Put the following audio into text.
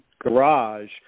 garage